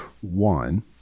One